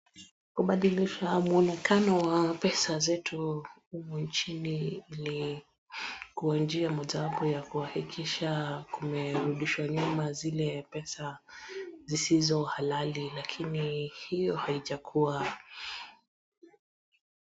Kubadilisha mwonekano wa pesa zetu humu nchini ni kwa njia mojawapo ya kuhakikisha kumerudishwa nyuma zile pesa zisizo halali lakini hiyo haijakuwa..